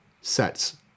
sets